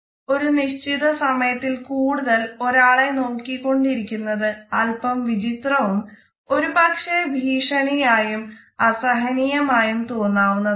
ഒരു നിശചിത സമയത്തിൽ കൂടുതൽ ഒരാളെ നോക്കിക്കൊണ്ടിരുന്നത് അല്പം വിചിത്രവും ഒരു പക്ഷെ ഭീഷണിയായും അസഹനീയമായും തോന്നാവുന്നതും ആണ്